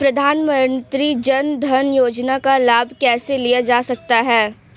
प्रधानमंत्री जनधन योजना का लाभ कैसे लिया जा सकता है?